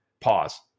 Pause